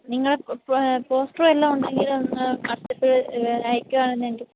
നിങ്ങൾ പോസ്റ്ററ് വല്ലതും ഉണ്ടെങ്കിലൊന്ന് വാട്ട്സപ്പിൽ അയക്കുവായിരുന്നെങ്കിൽ